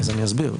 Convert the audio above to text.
אסביר.